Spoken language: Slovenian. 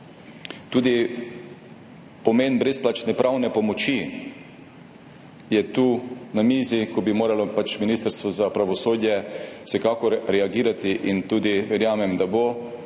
Tudi pomen brezplačne pravne pomoči je tu na mizi, ko bi moralo Ministrstvo za pravosodje vsekakor reagirati, in tudi verjamem, da bo, da